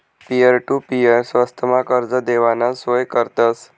peer to peer स्वस्तमा कर्ज देवाना सोय करतस